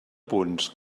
punts